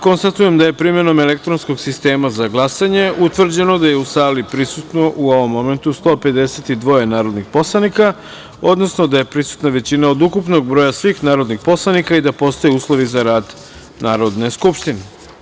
Konstatujem da je primenom elektronskog sistema za glasanje utvrđeno da je u sali prisutno, u ovom momentu, 152 narodnih poslanika, odnosno da je prisutna većina od ukupnog broja svih narodnih poslanika i da postoje uslovi za rad Narodne skupštine.